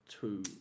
two